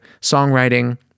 songwriting